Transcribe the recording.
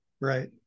Right